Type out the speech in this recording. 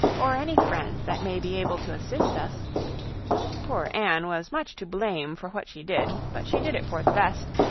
or any friend that may be able to assist us poor anne was much to blame for what she did, but she did it for the best,